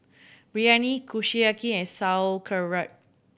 Biryani Kushiyaki and Sauerkraut